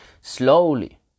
slowly